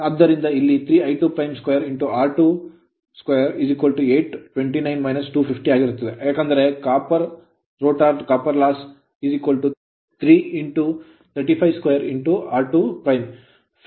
ಆದ್ದರಿಂದ ಇಲ್ಲಿ 3 I22 r2 829 250 ಆಗಿರುತ್ತದೆ ಏಕೆಂದರೆ rotor copper loss ರೋಟರ್ ತಾಮ್ರದ ನಷ್ಟ 3 35 2 r2 579 ಕ್ಕೆ ಸಮವಾಗಿರುತ್ತದೆ